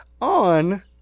On